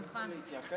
אני יכול להתייחס למשהו?